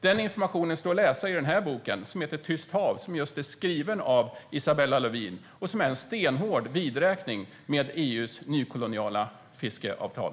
Denna information står att läsa i Tyst hav , som är skriven just av Isabella Lövin och som är en stenhård vidräkning med EU:s nykoloniala fiskeavtal.